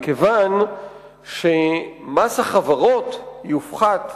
מכיוון שמס החברות יופחת,